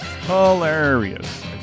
Hilarious